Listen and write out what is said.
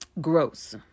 Gross